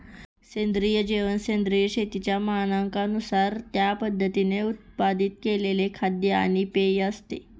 सेंद्रिय जेवण सेंद्रिय शेतीच्या मानकांनुसार त्या पद्धतीने उत्पादित केलेले खाद्य आणि पेय असते